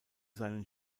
seinen